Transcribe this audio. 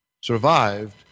survived